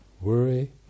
worry